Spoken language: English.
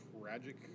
Tragic